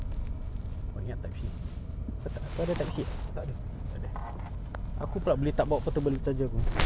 eh eh during that timing kan aku rasa boleh just belah bilang dengan budak window installer kalau masuk just ikut ni jer